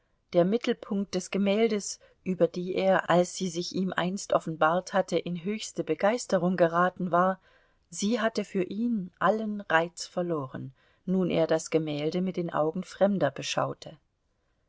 der mittelpunkt des gemäldes über die er als sie sich ihm einst offenbart hatte in höchste begeisterung geraten war sie hatte für ihn allen reiz verloren nun er das gemälde mit den augen fremder beschaute